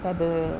तद्